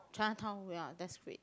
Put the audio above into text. Chinatown ya that's great